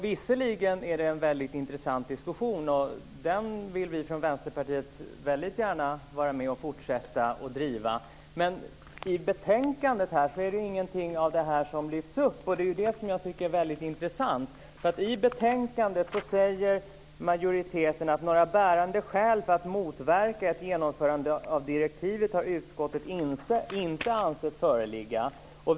Visserligen är det en väldigt intressant diskussion, och den vill vi i Vänsterpartiet väldigt gärna fortsätta att föra, men i betänkandet lyfts ingenting av detta upp. Det tycker jag är väldigt intressant. I betänkandet säger majoriteten att några bärande skäl för att motverka ett genomförande av direktivet har utskottet inte ansett föreligga.